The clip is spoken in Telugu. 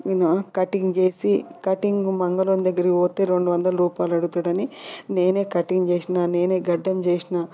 నేను కటింగ్ చేసి కటింగ్ మంగళోని దగ్గరికి పోతే రెండు వందలు రూపాయలు అడుగుతాడని నేనే కటింగ్ చేసిన నేనే గడ్డం చేసిన